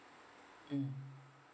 mm